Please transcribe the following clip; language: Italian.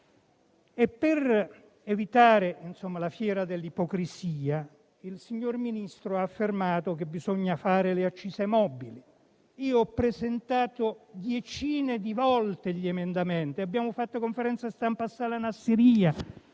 Per evitare la fiera dell'ipocrisia il Ministro ha affermato che bisogna fare le accise mobili. Io ho presentato decine di volte emendamenti al riguardo, abbiamo fatto conferenze stampa in sala Nassirya